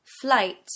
flight